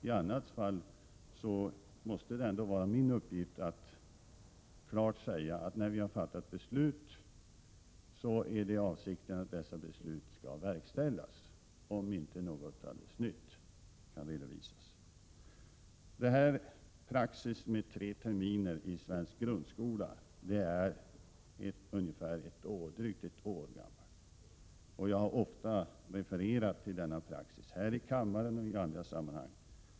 I annat fall måste det vara min uppgift att klart säga, att när vi har fattat beslut är avsikten att dessa beslut skall verkställas, om inte något alldeles nytt kan redovisas. Praxis med tre terminer i svensk grundskola är drygt ett år gammal. Jag har ofta refererat till denna praxis här i kammaren och i andra sammanhang.